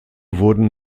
wurden